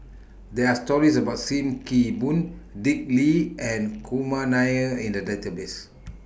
There Are stories about SIM Kee Boon Dick Lee and Kumar Nair in The Database